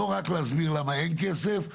לא רק להסביר למה אין כסף,